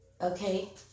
Okay